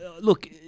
Look